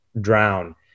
drown